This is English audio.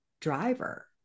driver